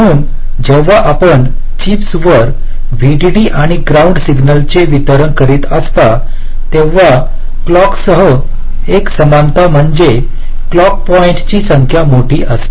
म्हणून जेव्हा आपण चिप्सवर व्हीडीडी आणि ग्राउंड सिग्नलचे वितरण करीत असता तेव्हा क्लॉक सह एक समानता म्हणजे टर्मिनल पॉईंट्सची संख्या मोठी असते